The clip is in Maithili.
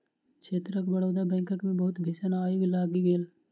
क्षेत्रक बड़ौदा बैंकक मे बहुत भीषण आइग लागि गेल